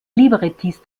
librettist